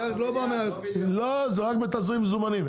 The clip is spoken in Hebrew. זה רק בתזרים מזומנים.